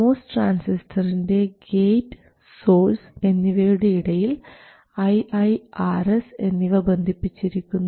MOS ട്രാൻസിസ്റ്ററിൻറെ gate source എന്നിവയുടെ ഇടയിൽ ii Rs എന്നിവ ബന്ധിപ്പിച്ചിരിക്കുന്നു